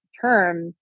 term